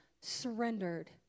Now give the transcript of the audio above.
surrendered